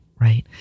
right